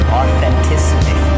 authenticity